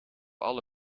alle